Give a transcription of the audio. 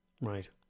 right